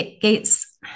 Gates